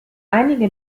einige